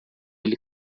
ele